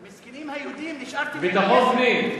מסכנים היהודים, נשארתם עם הכסף.